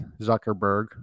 zuckerberg